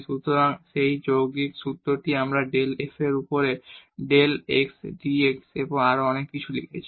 সুতরাং আমরা সেই যৌগিক সূত্রটি ডেল f এর উপরে ডেল x dx এবং আরও অনেক কিছু লিখেছি